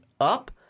up